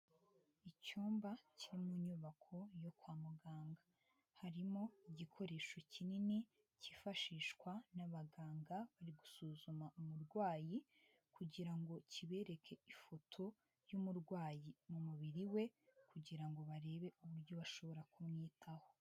Icyumba kiri mu nyubako yo kwa muganga harimo igikoresho kinini cyifashishwa n'abaganga bari gusuzuma umurwayi kugira ngo kibereke ifoto y'umurwayi mu mubiri we, kugira ngo barebe uburyo bashobora kumwitaho.